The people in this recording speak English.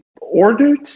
ordered